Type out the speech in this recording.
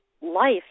life